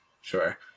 Sure